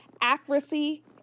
accuracy